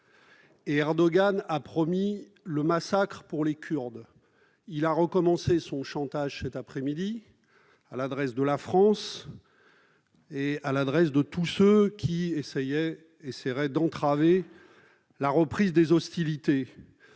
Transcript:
Erdogan a promis le massacre pour les Kurdes, il a recommencé son chantage cet après-midi à l'adresse de la France et de tous ceux qui essaieraient d'entraver la reprise des hostilités.